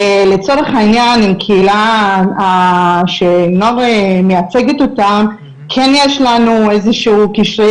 לצורך העניין עם קהילה שלינור מייצגת אותם כן יש לנו איזה שהוא קשרי